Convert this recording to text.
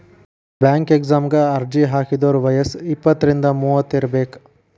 bank ಎಕ್ಸಾಮಗ ಅರ್ಜಿ ಹಾಕಿದೋರ್ ವಯ್ಯಸ್ ಇಪ್ಪತ್ರಿಂದ ಮೂವತ್ ಇರಬೆಕ್